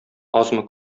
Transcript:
азмы